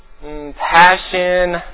passion